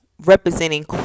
representing